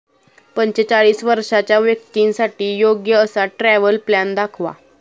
पंचेचाळीस वर्षांच्या व्यक्तींसाठी योग्य असा ट्रॅव्हल प्लॅन दाखवा